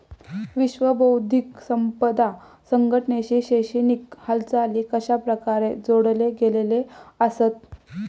विश्व बौद्धिक संपदा संघटनेशी शैक्षणिक हालचाली कशाप्रकारे जोडले गेलेले आसत?